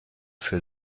für